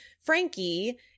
Frankie